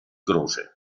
croce